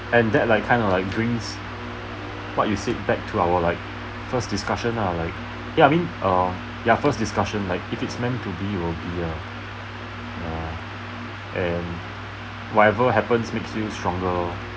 and that like kind of like brings what you said back to our like first discussion lah like ya I mean err ya first discussion like if it's meant to be will be ya uh ya and whatever happens make you stronger lor